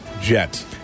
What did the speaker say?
jet